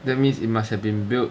that means it must have been built